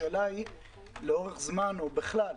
השאלה היא לאורך זמן ובכלל,